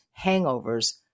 hangovers